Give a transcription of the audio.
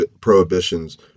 prohibitions